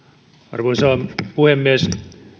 arvoisa puhemies